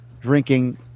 drinking